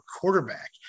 quarterback